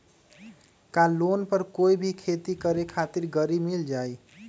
का लोन पर कोई भी खेती करें खातिर गरी मिल जाइ?